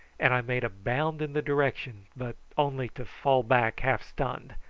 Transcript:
and i made a bound in the direction, but only to fall back half-stunned,